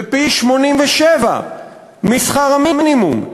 ופי-87 משכר המינימום,